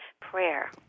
prayer